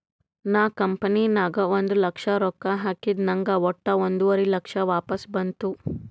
ನಾ ಕಂಪನಿ ನಾಗ್ ಒಂದ್ ಲಕ್ಷ ರೊಕ್ಕಾ ಹಾಕಿದ ನಂಗ್ ವಟ್ಟ ಒಂದುವರಿ ಲಕ್ಷ ವಾಪಸ್ ಬಂತು